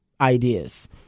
ideas